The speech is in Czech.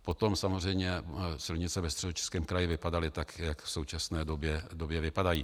Potom samozřejmě silnice ve Středočeském kraji vypadaly tak, jak v současné době vypadají.